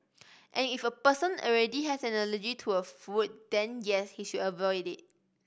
and if a person already has an allergy to a food then yes he should avoid it